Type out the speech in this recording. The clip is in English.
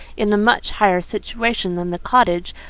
in a much higher situation than the cottage,